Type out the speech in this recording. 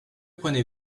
prenez